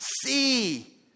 See